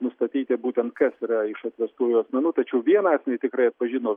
nustatyti būtent kas yra iš atvestųjų asmenų tačiau vieną asmenį tikrai atpažino